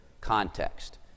context